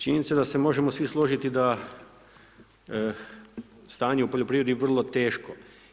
Činjenica da se možemo svi složiti da stanje u poljoprivredi je vrlo teško.